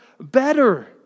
better